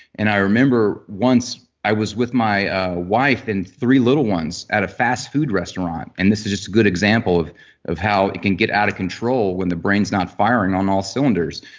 and i remember once i was with my wife and three little ones at a fast food restaurant and this is just a good example of of how it can get out of control when the brain is not firing on all cylinders.